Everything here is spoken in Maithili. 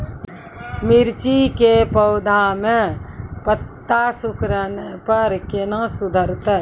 मिर्ची के पौघा मे पत्ता सिकुड़ने पर कैना सुधरतै?